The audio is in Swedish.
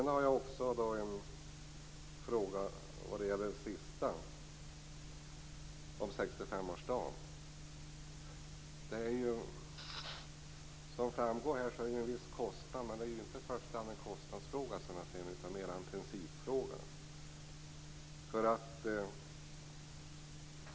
Jag har också en fråga om 65-årsdagen. Som framgår här är detta förenat med en viss kostnad. Men det är inte i första hand en kostnadsfråga, som jag ser det, utan mer en principfråga.